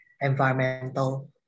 environmental